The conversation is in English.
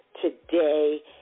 today